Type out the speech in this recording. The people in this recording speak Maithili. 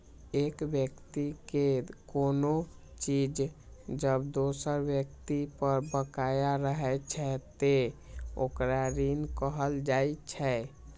एक व्यक्ति के कोनो चीज जब दोसर व्यक्ति पर बकाया रहै छै, ते ओकरा ऋण कहल जाइ छै